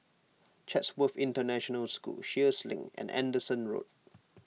Chatsworth International School Sheares Link and Anderson Road